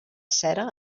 cera